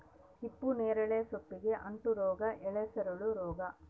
ಹಿಪ್ಪುನೇರಳೆ ಸೊಪ್ಪಿಗೆ ಅಂಟೋ ರೋಗ ಎಲೆಸುರುಳಿ ರೋಗ